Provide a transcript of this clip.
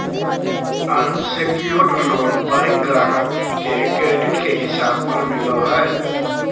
unsecured loan ग्राहक के credit के हिसाब पर मिलो हय